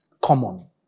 common